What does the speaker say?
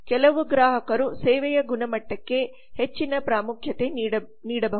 ಕೆಲವು ಗ್ರಾಹಕರು ಸೇವೆಯ ಗುಣಮಟ್ಟಕ್ಕೆ ಹೆಚ್ಚಿನ ಪ್ರಾಮುಖ್ಯತೆ ನೀಡಬಹುದು